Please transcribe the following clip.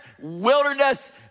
wilderness